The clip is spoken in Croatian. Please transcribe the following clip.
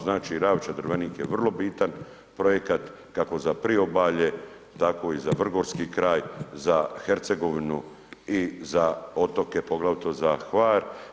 Znači Ravča-Drvenik je vrlo bitan projekat kako za priobalje tako i za Vrgorski kraj, za Hercegovinu i za otoke, poglavito za Hvar.